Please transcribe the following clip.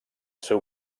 seu